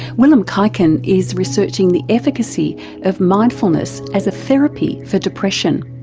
willem kuyken is researching the efficacy of mindfulness as a therapy for depression.